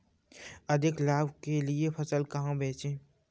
अधिक लाभ के लिए फसल कहाँ बेचें?